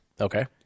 Okay